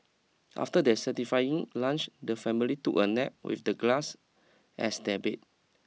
after their satisfying lunch the family took a nap with the glass as their bed